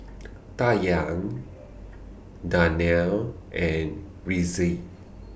Dayang Danial and Rizqi